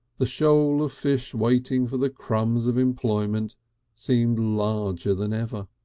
the shoal of fish waiting for the crumbs of employment seemed larger than ever.